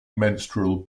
menstrual